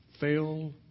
fail